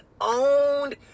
owned